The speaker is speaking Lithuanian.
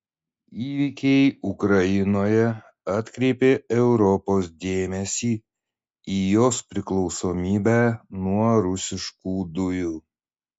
įvykiai ukrainoje atkreipė europos dėmesį į jos priklausomybę nuo rusiškų dujų